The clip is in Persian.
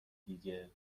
دیگه